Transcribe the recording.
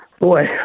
Boy